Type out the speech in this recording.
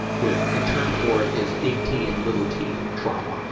the, the term for it is big t and little t trauma.